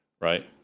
right